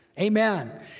Amen